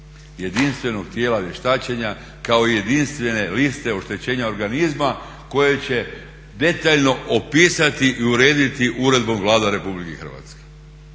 jedinstvenog tijela vještačenja kao i jedinstvene liste oštećenja organizma koje će detaljno opisati i urediti uredbom Vlada Republike Hrvatske.